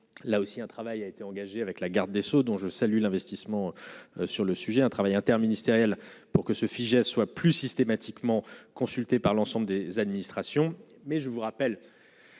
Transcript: là aussi, un travail a été engagée avec la garde des Sceaux, dont je salue l'investissement sur le sujet, un travail interministériel pour que se figeait soit plus systématiquement consultés par l'ensemble des administrations,